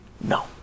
No